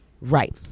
Right